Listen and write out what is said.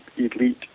elite